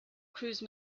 cruise